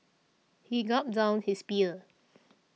he gulped down his beer